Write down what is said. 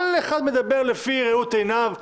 כל אחד מדבר לפי ראות עיניו.